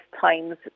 times